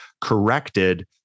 corrected